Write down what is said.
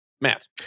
Matt